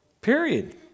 Period